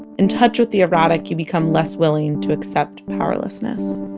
in touch with the erotic, you become less willing to accept powerlessness